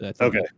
Okay